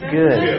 good